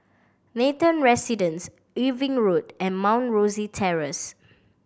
Nathan Residence Irving Road and Mount Rosie Terrace